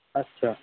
আচ্ছা